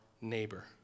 neighbor